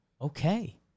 Okay